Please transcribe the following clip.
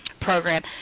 program